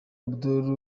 abdoul